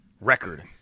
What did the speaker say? record